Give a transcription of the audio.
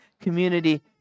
community